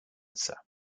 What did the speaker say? sir